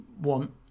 want